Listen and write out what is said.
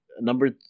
Number